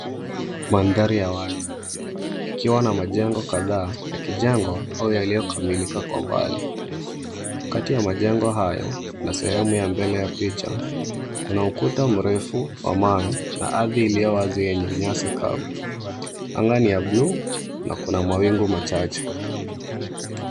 Mandhari ya wazi, ikiwa na majengo kadhaa yakijengwa au yaliyokamilika kwa mbali. Katika ya majengo hayo na sehemu ya mbele ya picha kuna ukuta mrefu wa mawe na ardhi iliyo wazi yenye nyasi kavu. Anga ni ya bluu na kuna mawingu machache.